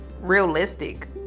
realistic